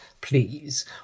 please